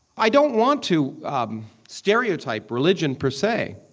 i don't want to um stereotype religion per se,